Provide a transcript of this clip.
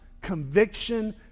conviction